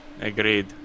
Agreed